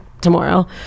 tomorrow